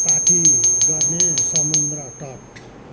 party गर्ने समुद्र तट